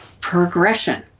progression